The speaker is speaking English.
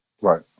Right